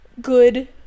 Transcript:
good